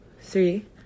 three